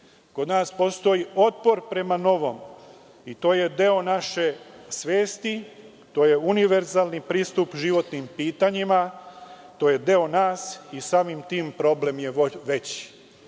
nas postoji otpor prema novom i to je deo naše svesti. To je univerzalni pristup životnim pitanjima i to je deo nas i samim tim problem je veći.